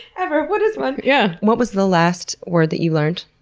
ever! what is one! yeah what was the last word that you learned?